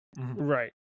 Right